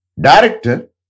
director